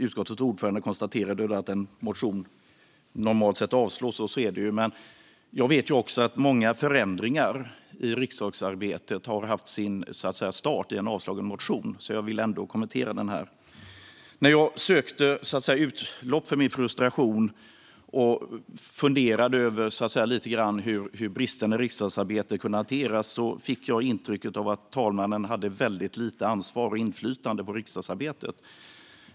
Utskottets ordförande konstaterade att en motion normalt sett avslås, och så är det ju. Men jag vet också att många förändringar i riksdagsarbetet har haft sin start i en avslagen motion, så jag vill ändå kommentera den här. När jag sökte utlopp för min frustration och funderade lite över hur bristande riksdagsarbete kunde hanteras fick jag intrycket av att talmannen hade väldigt litet ansvar och inflytande över riksdagsarbetet.